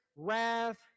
Wrath